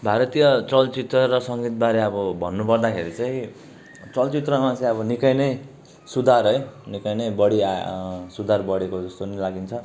भारतीय चलचित्र र सङ्गीतबारे अब भन्नुपर्दाखेरि चाहिँ चलचित्रमा चाहिँ अब निकै नै सुधार है निकै नै बढी आ सुधार बढेको जस्तो नि लागेको छ